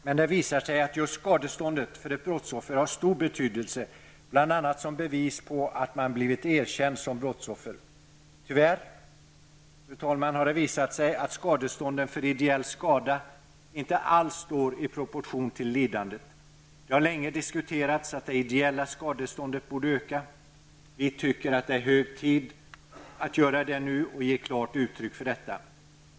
Men det har visat sig att just skadeståndet för ett brottsoffer har stor betydelse bl.a. som bevis på att man blivit erkänd som brottsoffer. Tyvärr har det visat sig att skadestånden för ideell skada inte alls står i proportion till lidandet. Det har länge diskuterats att det ideella skadeståndet borde öka. Vi tycker nu att det är hög tid att ge klart uttryck för detta.